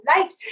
light